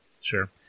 Sure